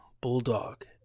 bulldog